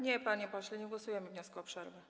Nie, panie pośle, nie głosujemy nad wnioskiem o przerwę.